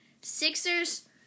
Sixers